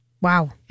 Wow